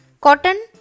cotton